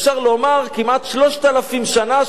אפשר לומר כמעט 3,000 שנה,